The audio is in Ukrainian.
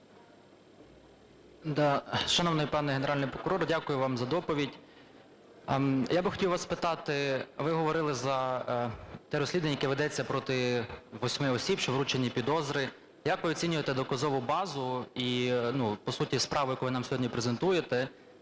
Шановний пане Генеральний прокурор, дякую вам за доповідь. Я би хотів у вас спитати. Ви говорили за те розслідування, яке ведеться проти восьми осіб, що вручені підозри. Як ви оцінюєте доказову базу і, по суті, справу, яку ви нам сьогодні презентуєте,